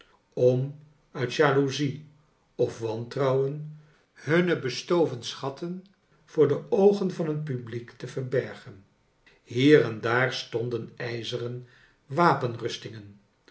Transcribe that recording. om uit jaloezie of wantrouwen hunne bestoven schatten voor de oogen van het publiek te verbergen hier en daar stonden ijzeren